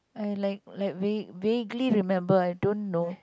I like like vag~ vaguely remember I don't know